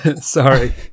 Sorry